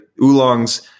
oolongs